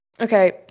Okay